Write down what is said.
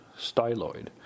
styloid